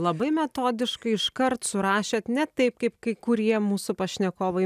labai metodiškai iškart surašėt ne taip kaip kai kurie mūsų pašnekovai